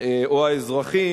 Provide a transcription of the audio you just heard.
או האזרחי